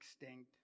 extinct